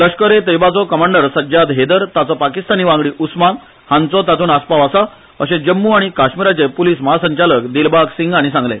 लश्कर ए तयब्बाचो कमांडर सज्जाद हेदर ताचो पाकिस्तानी वांगडी उस्मान हांचो तांतूत आसपाव आसा अशे जम्मू आनी काश्मीराचे पुलीस महासंचालक दिलबाग सिंग हाणी सांगले